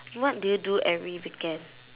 what do you do every weekend